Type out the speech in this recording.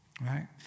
Right